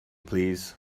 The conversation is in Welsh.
plîs